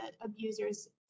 abuser's